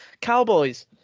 Cowboys